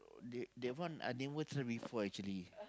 they that one I never try before actually